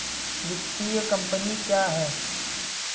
वित्तीय कम्पनी क्या है?